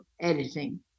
editing